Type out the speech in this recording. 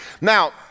Now